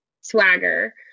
swagger